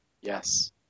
Yes